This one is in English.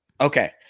Okay